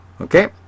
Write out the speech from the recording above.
Okay